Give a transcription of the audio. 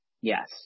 yes